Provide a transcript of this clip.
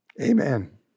Amen